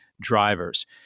drivers